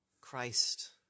Christ